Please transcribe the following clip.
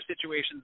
situations